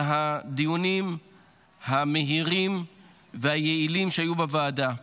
על הדיונים המהירים והיעילים שהיו בוועדה,